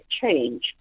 change